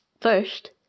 first